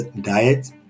diet